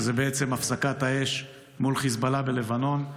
שזה בעצם הפסקת האש מול חיזבאללה בלבנון.